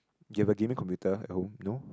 you have a gaming computer at home no